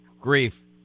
grief